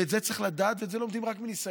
ואת זה צריך לדעת, ואת זה לומדים רק מניסיון.